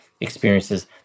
experiences